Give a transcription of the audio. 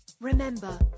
Remember